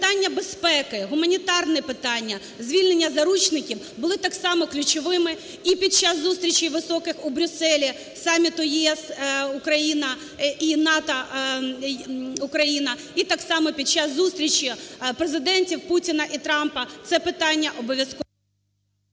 питання безпеки, гуманітарні питання, звільнення заручників були так само ключовими і під час зустрічей високих у Брюсселі саміту ЄС-Україна і НАТО-Україна, і так само під час зустрічі Президентів Путіна і Трампа, це питання обов'язково…